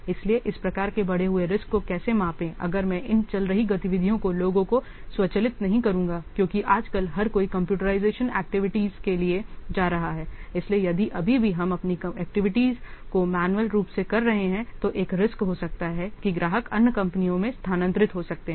इसलिए इस प्रकार के बढ़े हुए रिस्क को कैसे मापें अगर मैं इन चल रही गतिविधियों को लोगों को स्वचालित नहीं करूंगा क्योंकि आजकल हर कोई कंप्यूटराइजेशन एक्टिविटीज के लिए जा रहा हैइसलिए यदि अभी भी हम अपनी एक्टिविटीज को मैन्युअल रूप से कर रहे हैं तो एक रिस्क हो सकता है कि ग्राहक अन्य कंपनियों में स्थानांतरित हो सकते हैं